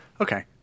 Okay